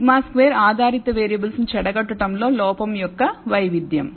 σ2 ఆధారిత వేరియబుల్స్ను చెడగొట్టడంలో లోపం యొక్క వైవిధ్యం